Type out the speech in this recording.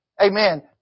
Amen